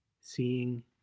Seeing